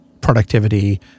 productivity